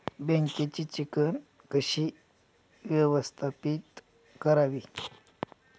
बँकेची चिकण कशी व्यवस्थापित करावी?